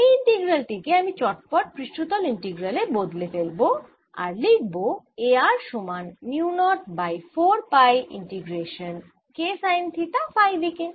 এই ইন্টিগ্রাল টি কে আমি চটপট পৃষ্ঠতল ইন্টিগ্রালে বদলে ফেলব আর লিখব A r সমান mu naught by 4 pi integration K sine theta phi দিকে